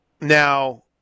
Now